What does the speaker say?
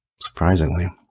surprisingly